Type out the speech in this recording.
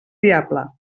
diable